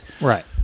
Right